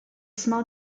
small